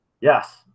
yes